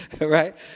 right